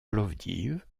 plovdiv